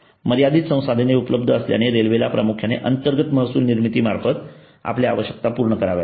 मर्यादित संसाधने उपलब्ध असल्याने रेल्वेला प्रामुख्याने अंतर्गत महसूल निर्मिती मार्फत आपल्या आवश्यकता पूर्ण कराव्या लागतात